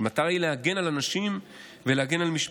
להגן על אנשים ולהגן על משפחות.